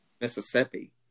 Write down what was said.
Mississippi